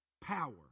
Power